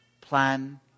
plan